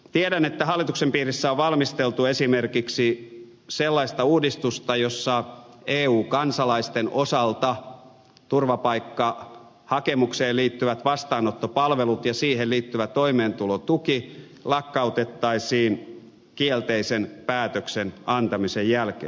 tiedän että hallituksen piirissä on valmisteltu esimerkiksi sellaista uudistusta jossa eu kansalaisten osalta turvapaikkahakemukseen liittyvät vastaanottopalvelut ja siihen liittyvä toimeentulotuki lakkautettaisiin kielteisen päätöksen antamisen jälkeen